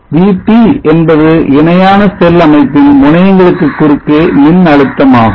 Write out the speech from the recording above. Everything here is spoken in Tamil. VT என்பது இணையான செல் அமைப்பின் முனையங்களுக்கு குறுக்கே மின்னழுத்தம் ஆகும்